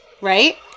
Right